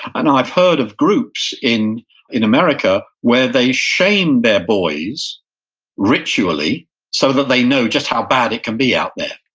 and i've heard of groups in in america where they shame their boys ritually so that they know just how bad it can be out there.